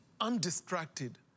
undistracted